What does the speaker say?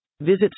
Visit